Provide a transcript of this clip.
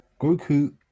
Goku